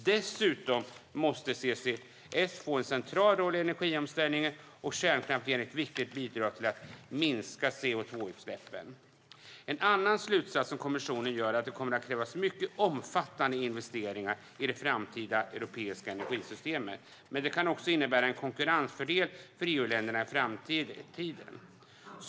Dessutom måste CCS få en central roll i energiomställningen, och kärnkraften ger ett viktigt bidrag till att minska CO2-utsläppen. En annan slutsats som kommissionen drar är att det kommer att krävas mycket omfattande investeringar i det framtida europeiska energisystemet, men det kan också innebära en konkurrensfördel för EU-länderna i framtiden.